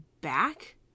back